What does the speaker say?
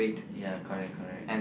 ya correct correct